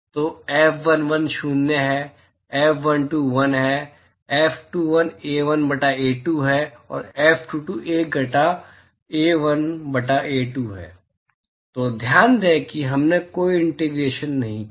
तो F11 शून्य है F12 1 है F21 A1 बटा A2 है और F22 1 घटा A1 बटा A2 है तो ध्यान दें कि हमने कोई इंटीग्रेशन नहीं किया